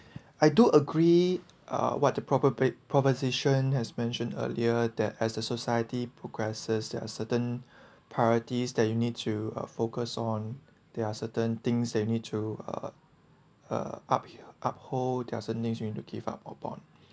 I do agree uh what the proper bit proposition has mentioned earlier that as a society progresses there are certain priorities that you need to uh focus on there are certain things that you need to uh uh uph~ uphold there are certain things you need to give up upon